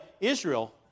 Israel